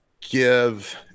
give